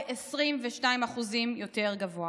22% יותר גבוה.